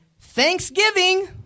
thanksgiving